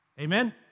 Amen